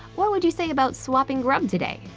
what would you say about swapping grub today?